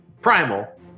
primal